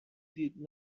did